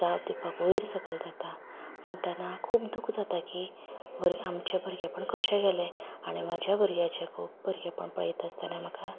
जाप दिवपाक वयर सकयल जाता म्हणटाना खूब दुख जाता की भुरगे आमचें भुरगेंपण कशें गेलें आनी म्हाज्या भुरग्याचे खूब भुरगेंपण पळयता आसतना म्हाका